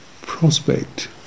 prospect